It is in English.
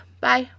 bye